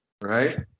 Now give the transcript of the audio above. right